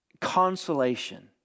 consolation